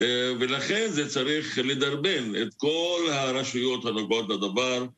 ולכן זה צריך לדרבן את כל הרשויות הנוגעות לדבר